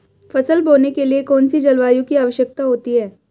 फसल बोने के लिए कौन सी जलवायु की आवश्यकता होती है?